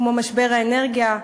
כמו משבר האנרגיה,